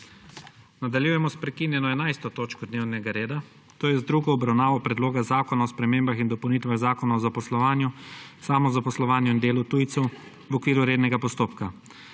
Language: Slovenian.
Nadaljujemo s prekinjeno 11. točko dnevnega reda, to je z drugo obravnavo Predloga zakona o spremembah in dopolnitvah Zakona o zaposlovanju, samozaposlovanju in delu tujcev, v okviru rednega postopka.